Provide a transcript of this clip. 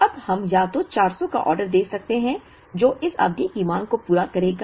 अब हम या तो 400 का ऑर्डर दे सकते हैं जो इस अवधि की मांग को पूरा करेगा